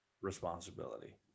Responsibility